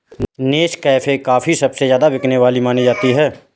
Nescafe coffee सबसे ज्यादा बिकने वाली मानी जाती है